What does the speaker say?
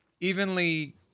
evenly